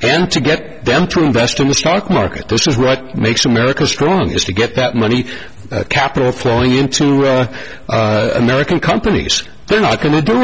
him to get them to invest in the stock market this is what makes america strong is to get that money capital flowing into american companies they're not going to do